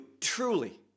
truly